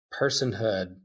personhood